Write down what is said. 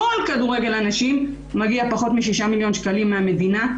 כל כדורגל הנשים מגיע פחות משישה מיליון שקלים מהמדינה,